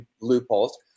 loopholes